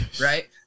right